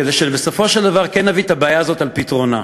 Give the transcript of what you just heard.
כדי שבסופו של דבר נביא את הבעיה הזאת על פתרונה.